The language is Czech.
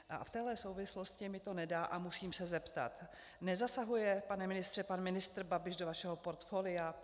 A v téhle souvislosti mi to nedá a musím se zeptat: Nezasahuje, pane ministře, pan ministr Babiš do vašeho portfolia?